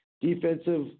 Defensive